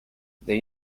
the